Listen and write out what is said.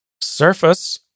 Surface